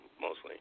mostly